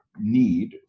need